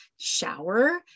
shower